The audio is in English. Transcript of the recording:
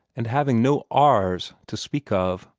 and having no r's to speak of.